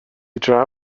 draw